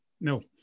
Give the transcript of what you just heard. No